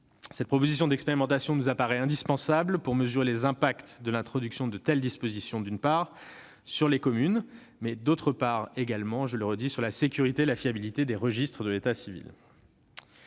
Cette proposition d'expérimentation apparaît indispensable pour mesurer les effets de l'introduction de telles dispositions sur les communes, d'une part, et sur la sécurité et la fiabilité des registres de l'état civil,